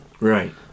Right